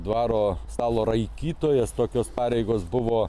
dvaro stalo raikytojas tokios pareigos buvo